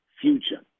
future